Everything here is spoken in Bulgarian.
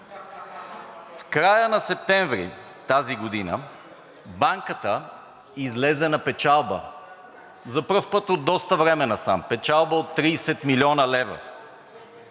В края на септември тази година Банката излезе на печалба за първи път от доста време насам – печалба от 30 млн. лв.